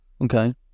Okay